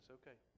okay